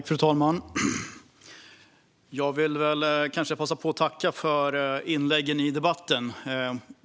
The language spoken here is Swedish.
Fru talman! Jag vill passa på att tacka för inläggen i debatten.